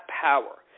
power